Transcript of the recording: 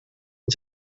une